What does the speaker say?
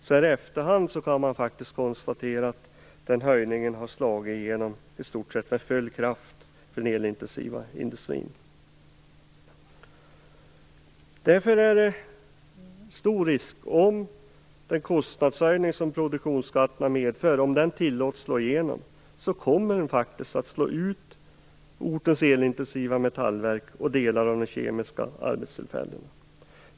Så här i efterhand kan man faktiskt konstatera att den höjningen har slagit igenom i stort sett med full kraft för den elintensiva industrin. Om den kostnadshöjning som produktionsskatterna medför tillåts slå igenom, är det en stor risk för att det kommer att slå ut ortens elintensiva metallverk och delar av arbetstillfällen inom den kemiska industrin.